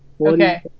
Okay